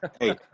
Hey